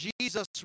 Jesus